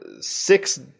six